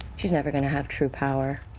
she's never going to have true power.